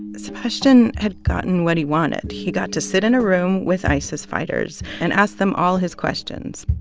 sebastian had gotten what he wanted. he got to sit in a room with isis fighters and ask them all his questions.